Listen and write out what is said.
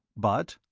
but?